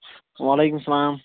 وعلیکُم السلام